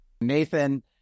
Nathan